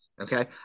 Okay